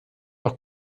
auch